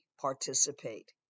participate